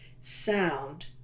sound